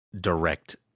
direct